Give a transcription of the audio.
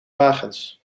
wagens